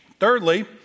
Thirdly